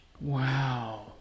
Wow